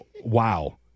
wow